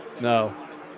no